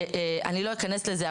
אני לא אכנס לזה,